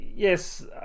Yes